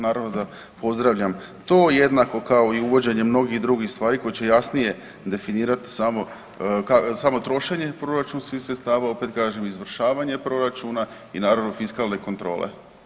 Naravno da pozdravljam to, jednako kao i uvođenje mnogih drugih stvari koje će jasnije definirati samo trošenje proračunskih sredstava, opet kažem, izvršavanje proračuna i naravno fiskalne kontrole.